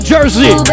Jersey